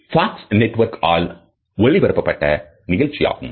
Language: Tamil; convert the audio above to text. Fox network ஆல் ஒளிபரப்பப்பட்ட நிகழ்ச்சியாகும்